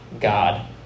God